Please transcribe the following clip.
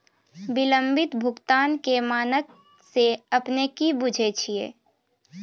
विलंबित भुगतान के मानक से अपने कि बुझै छिए?